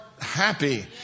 happy